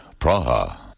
Praha